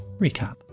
recap